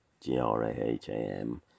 g-r-a-h-a-m